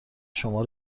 شما